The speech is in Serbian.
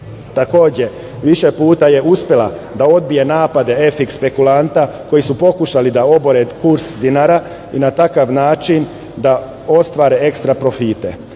sistema. Takođe, više puta je uspela da odbije napade FX spekulanta koji su pokušali da obore kurs dinara i na takav način da ostvare ekstra profite.